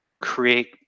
create